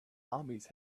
armies